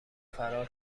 فرار